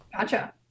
gotcha